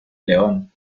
león